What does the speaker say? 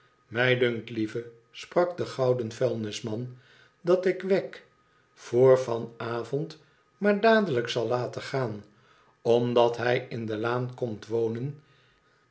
mij dunkt lieve sprak de gouden vuilnisman dat ik wegg voor van avond maar dadelijk zal laten gaan omdat hij in de laan komt vonen